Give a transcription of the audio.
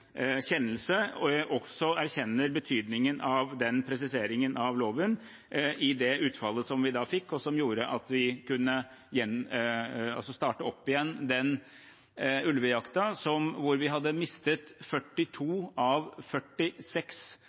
også erkjenner betydningen av den presiseringen av loven i det utfallet som vi da fikk, som gjorde at vi kunne starte opp igjen den ulvejakten, etter at vi hadde mistet 42 av 46